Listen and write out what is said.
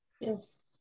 yes